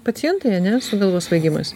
pacientai ane su galvos svaigimais